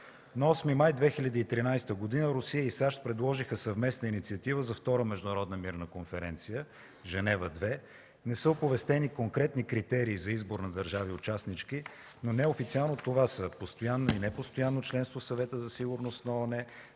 На 8 май 2013 г. Русия и САЩ предложиха съвместна инициатива за Втора международна мирна конференция „Женева 2”. Не са оповестени конкретни критерии за избор на държави участнички, но неофициално това са – постоянно и непостоянно членство в Съвета за сигурност на ООН,